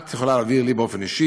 את יכולה להעביר לי אישית,